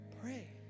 Pray